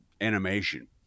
animation